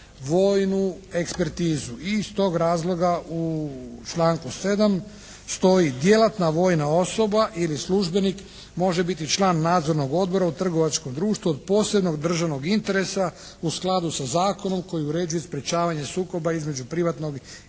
vojnu ekspertizu. I iz tog razloga u članku 7. stoji: Djelatna vojna osoba ili službenik može biti član nadzornog odbora u trgovačkom društvu od posebnog državnog interesa u skladu sa zakonom koji uređuje i sprečavanje sukoba između privatnog i javnog